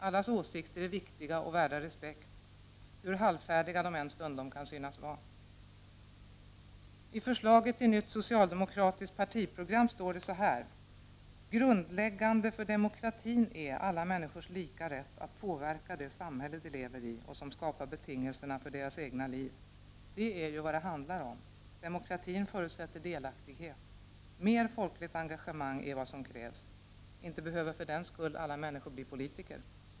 Allas åsikter är viktiga och värda respekt, hur halvfärdiga de än stundom kan synas vara. I förslaget till nytt socialdemokratiskt partiprogram står det så här: ”Grundläggande för demokratin är alla människors lika rätt att påverka det samhälle de lever i och som skapar betingelserna för deras egna liv.” Det är ju vad det handlar om — demokratin förutsätter delaktighet. Mer folkligt engagemang är vad som krävs — för den skull behöver inte alla människor bli politiker.